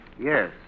Yes